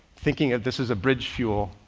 thinking that this is a bridge fuel.